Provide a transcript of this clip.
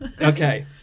Okay